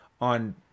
on